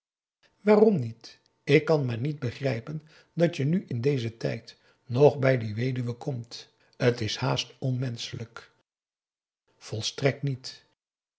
waarom niet ik kan maar niet begrijpen dat je nu in dezen tijd nog bij die weduwe komt t is haast onmenschelijk volstrekt niet